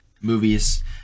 movies